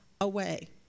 away